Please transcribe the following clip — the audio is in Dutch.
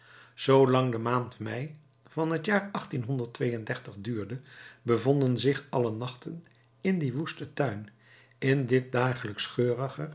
zoolang de maand mei van het jaar duurde bevonden zich alle nachten in dien woesten tuin in dit dagelijks geuriger en